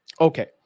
okay